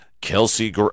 Kelsey